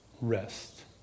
rest